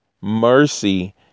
mercy